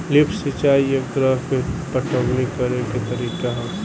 lift सिंचाई एक तरह के पटवनी करेके तरीका ह